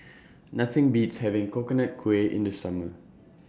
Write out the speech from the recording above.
Nothing Beats having Coconut Kuih in The Summer